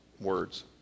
words